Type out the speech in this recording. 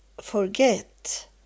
forget